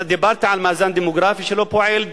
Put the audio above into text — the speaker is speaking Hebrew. אז דיברתי על מאזן דמוגרפי שלא פועל,